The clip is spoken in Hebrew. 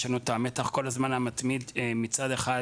יש לנו את המתח המתמיד כל הזמן מצד אחד